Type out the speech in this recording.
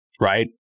right